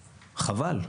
חבל.